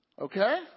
Okay